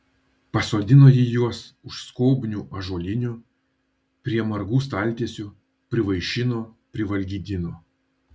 pasodino ji juos už skobnių ąžuolinių prie margų staltiesių privaišino privalgydino